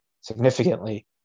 significantly